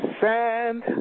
sand